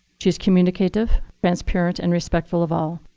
she is communicative, transparent, and respectful of all.